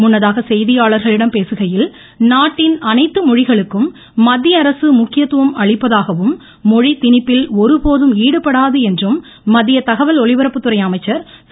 முன்னதாக செய்தியாளர்களிடம் பேசுகையில் நாட்டின் அனைத்து மொழிகளுக்கும் மத்தியஅரசு முக்கியத்துவம் அளிப்பதாகவும் மொழி திணிப்பில் ஒருபோதும் ஈடுபடாது என்றும் மத்திய தகவல் ஒலிபரப்புத்துறை அமைச்சர் திரு